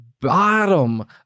bottom